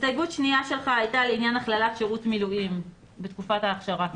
הסתייגות שנייה שלך הייתה לעניין הכללת שירות מילואים בתקופת האכשרה.